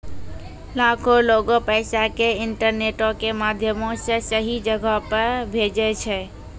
लाखो लोगें पैसा के इंटरनेटो के माध्यमो से सही जगहो पे भेजै छै